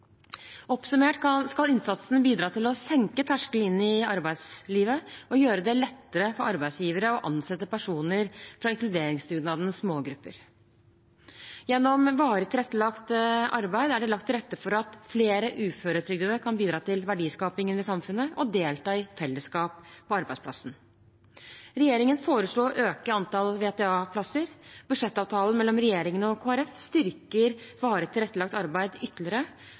Oppsummert skal innsatsen bidra til å senke terskelen inn i arbeidslivet og gjøre det lettere for arbeidsgivere å ansette personer fra inkluderingsdugnadens målgrupper. Gjennom varig tilrettelagt arbeid, VTA, er det lagt til rette for at flere uføretrygdede kan bidra til verdiskapingen i samfunnet og delta i et fellesskap på arbeidsplassen. Regjeringen foreslo å øke antallet VTA-plasser. Budsjettavtalen mellom regjeringen og Kristelig Folkeparti styrker varig tilrettelagt arbeid ytterligere.